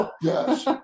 Yes